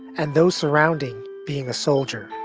and those surrounding being a soldier.